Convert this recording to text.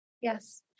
Yes